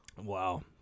Wow